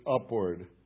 upward